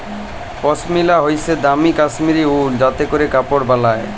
পশমিলা হইসে দামি কাশ্মীরি উল যাতে ক্যরে কাপড় বালায়